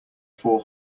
four